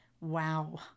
Wow